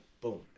boom